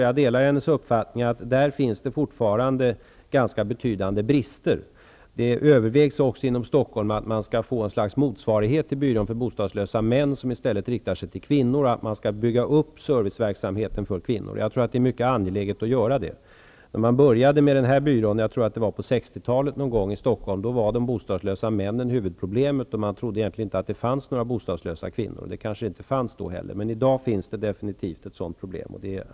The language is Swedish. Jag delar hennes uppfattning att det fortfarande finns ganska betydande brister. En motsvarighet till byrån för bostadslösa män, vilken skulle rikta sig till kvinnor, övervägs här i Stockholm, och man överväger också att bygga upp serviceverksamheten för kvinnor. Jag tror att detta är mycket angeläget. När man någon gång under 60-talet började med byrån för bostadslösa män var det männen som var huvudproblemet. Man trodde att det egentligen inte fanns några bostadslösa kvinnor. Det fanns kanske inte heller några, men i dag finns det avgjort ett sådant problem här.